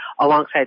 alongside